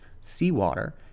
seawater